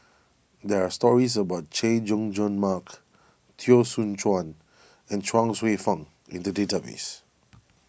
there are stories about Chay Jung Jun Mark Teo Soon Chuan and Chuang Hsueh Fang in the database